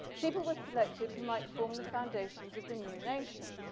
people were selected who might form the foundations of the new nation.